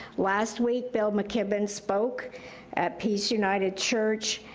last week, bill mckibbon spoke at peace united church,